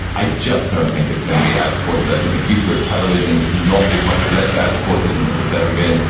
i just don't think it's gonna be ad supported. i think the future of television is not as much less ad supported than it has ever been.